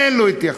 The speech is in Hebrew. אין לו התייחסות.